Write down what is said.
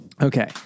Okay